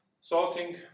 Sorting